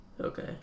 okay